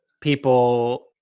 people